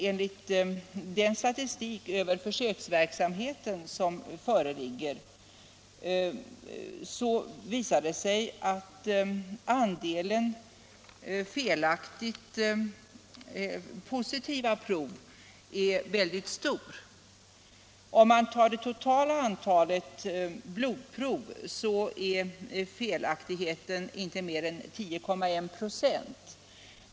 Enligt den statistik över försöksverksamheten som nu föreligger är andelen felaktigt positiva prov mycket stor. Om man ser på det totala antalet blodprov är felaktigheten inte större än 10,1 96.